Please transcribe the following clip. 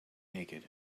naked